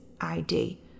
ID